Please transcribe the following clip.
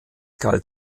galt